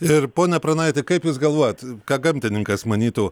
ir pone pranaiti kaip jūs galvojat ką gamtininkas manytų